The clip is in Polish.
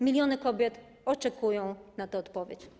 Miliony kobiet oczekują na tę odpowiedź.